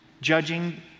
judging